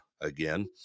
again